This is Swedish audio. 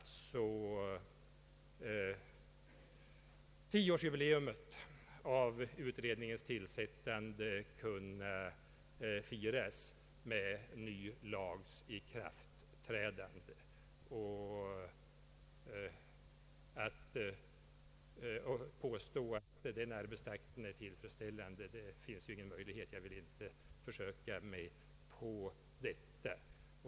Tioårsjubileet av utred ningens tillsättande skulle alltså kunna firas med den nya lagens ikraftträdande. Det finns ingen möjlighet att påstå att arbetstakten har varit tillfredsställande.